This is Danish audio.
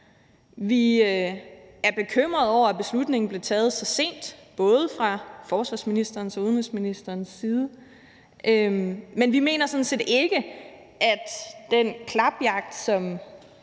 Vi er bekymrede over, at beslutningen blev taget så sent, både fra forsvarsministerens og udenrigsministerens side. Men vi mener sådan set ikke, at den klapjagt, som